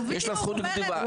יש לה זכות תגובה.